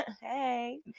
hey